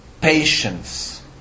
patience